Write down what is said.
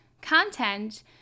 content